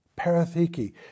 Parathiki